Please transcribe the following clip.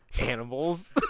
animals